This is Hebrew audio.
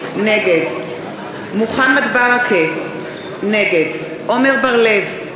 נגד מוחמד ברכה, נגד עמר בר-לב,